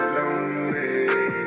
lonely